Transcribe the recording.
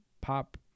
pop